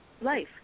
life